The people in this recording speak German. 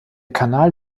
canal